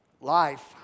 life